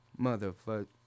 motherfucker